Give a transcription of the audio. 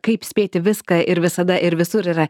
kaip spėti viską ir visada ir visur yra